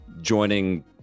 joining